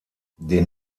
den